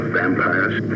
vampires